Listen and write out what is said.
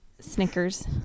snickers